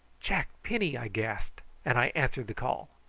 jack penny! i gasped, and i answered the call.